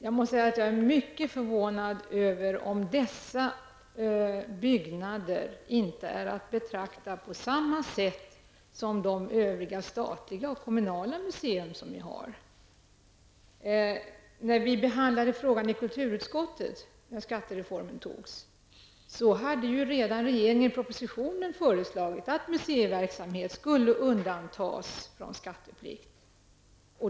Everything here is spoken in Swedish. Jag är mycket förvånad över att dessa byggnader inte är att betrakta på samma sätt som de övriga statliga och kommunala museum som vi har. När vi behandlade frågan i kulturutskottet när beslutet om skattereformen togs hade ju regeringen redan i propositionen föreslagit att museiverksamhet skulle undantas från skatteplikt.